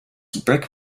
brick